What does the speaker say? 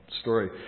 story